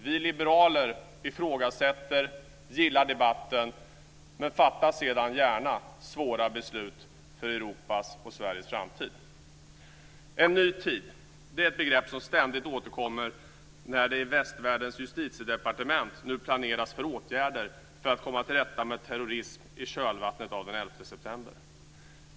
Vi liberaler ifrågasätter, gillar debatten, men fattar sedan gärna svåra beslut för Europas och Sveriges framtid. En ny tid är ett begrepp som ständigt återkommer när det i västvärldens justitiedepartement nu planeras för åtgärder för att komma till rätta med terrorism i kölvattnet av den 11 september.